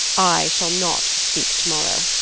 i shall not speak to-morrow.